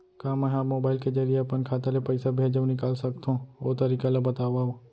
का मै ह मोबाइल के जरिए अपन खाता ले पइसा भेज अऊ निकाल सकथों, ओ तरीका ला बतावव?